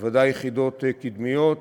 ודאי יחידות קדמיות,